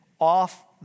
off